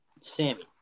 Sammy